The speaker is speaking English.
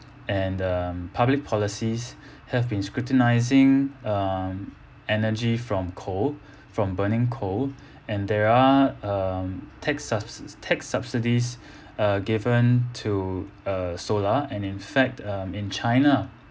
and um public policies have been scrutinising um energy from coal from burning coal and there are um tax subsi~ tax subsidies uh given to uh solar and in fact um in china